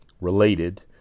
Related